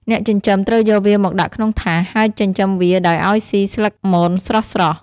អ្នកចិញ្ចឹមត្រូវយកវាមកដាក់ក្នុងថាស ហើយចិញ្ចឹមវាដោយឲ្យវាសុីស្លឹកមនស្រស់ៗ។